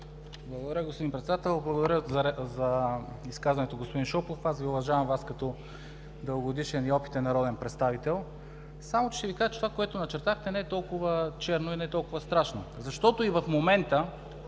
Благодаря, господин Председател! Благодаря за изказването, господин Шопов! Аз Ви уважавам Вас като дългогодишен и опитен народен представите, само че ще Ви кажа, че това, което начертахте, не е толкова черно и не е толкова страшно. И в момента,